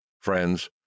friends